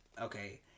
okay